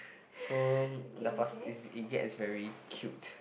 so it it gets very cute